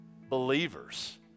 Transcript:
believers